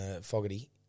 Fogarty